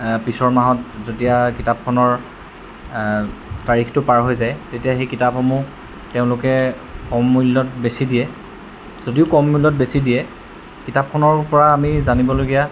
পিছৰ মাহত যেতিয়া কিতাপখনৰ তাৰিখটো পাৰ হৈ যায় তেতিয়া সেই কিতাপসমূহ তেওঁলোকে কম মূল্যত বেচি দিয়ে যদিও কম মূল্যত বেচি দিয়ে কিতাপখনৰপৰা আমি জানিবলগীয়া